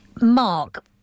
Mark